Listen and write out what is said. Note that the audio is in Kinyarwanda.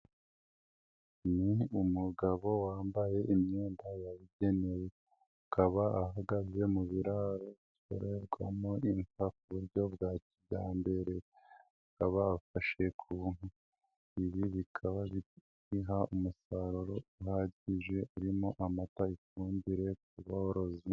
Ni umugabo wambaye imyenda yabigenewe, akaba ahagaze mu biraro bikorerwamo inka mu buryo bwa kijyambere, abafashe ku inka, ibi bikaba biha umusaruro uhagije urimo amata, ifumbire ku borozi.